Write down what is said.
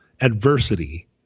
adversity